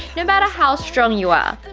no matter how strong you are,